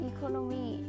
Economy